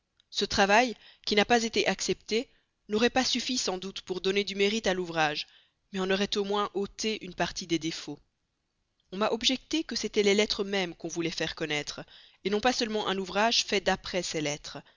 ce travail qui n'a pas été accepté n'aurait pas suffi sans doute pour donner du mérite à l'ouvrage mais en aurait au moins ôté une partie de ses défauts on m'a objecté que c'étaient les lettres mêmes qu'on voulait faire connaître et non pas seulement un ouvrage fait d'après ces lettres